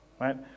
Right